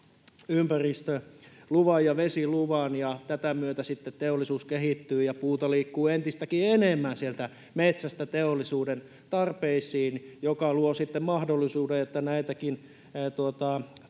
ympäristöluvan ja vesiluvan, ja tätä myötä sitten teollisuus kehittyy ja puuta liikkuu entistäkin enemmän sieltä metsästä teollisuuden tarpeisiin, mikä luo sitten mahdollisuuden, että näitäkin